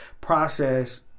process